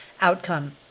outcome